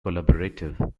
collaborative